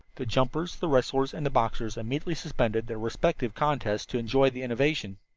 the jumpers, the wrestlers, and the boxers immediately suspended their respective contests to enjoy the innovation.